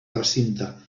recinte